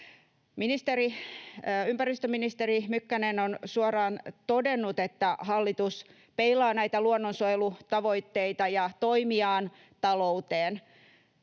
Ympäristöministeri Mykkänen on suoraan todennut, että hallitus peilaa näitä luonnonsuojelutavoitteita ja ‑toimiaan talouteen.